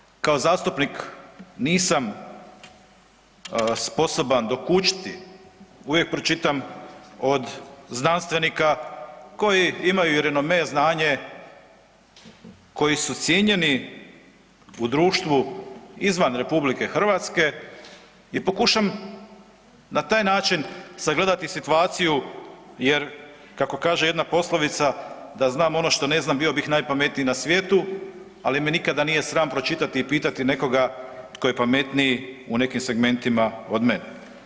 Ono što možda kao zastupnik nisam sposoban dokučiti, uvijek pročitam od znanstvenika koji imaju i renome i znanje, koji su cijenjeni u društvu izvan RH i pokušam na taj način sagledati situaciju jer kako kaže jedna poslovica, da znam ono što ne znam bio bih najpametniji na svijetu, ali me nikada nije sram pročitati i pitati nekoga tko je pametniji u nekim segmentima od mene.